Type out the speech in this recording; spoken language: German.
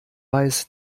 weiß